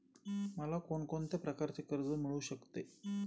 मला कोण कोणत्या प्रकारचे कर्ज मिळू शकते?